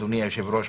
אדוני היושב-ראש,